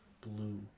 Blue